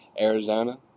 Arizona